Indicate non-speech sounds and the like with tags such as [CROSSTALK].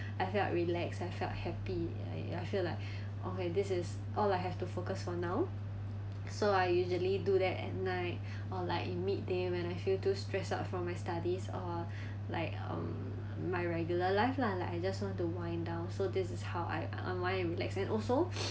I felt relax I felt happy I I feel like [BREATH] okay this is all I have to focus for now so I usually do that at night [BREATH] or like in midday when I feel too stressed out from my studies or [BREATH] like um my regular life lah like I just want to wind down so this is how I online relax and also [NOISE]